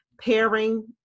pairing